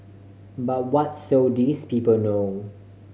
but what so these people know